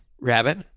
Rabbit